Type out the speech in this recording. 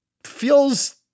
Feels